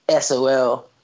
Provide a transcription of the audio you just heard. SOL